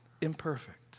imperfect